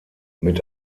mit